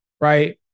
right